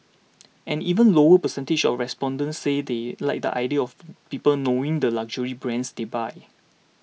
an even lower percentage of respondents said they like the idea of people knowing the luxury brands they buy